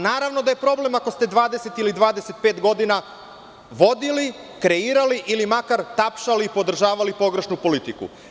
Naravno da je problem ako ste 20 ili 25 godina vodili, kreirali ili makar tapšali i podržavali pogrešnu politiku.